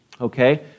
Okay